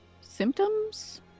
symptoms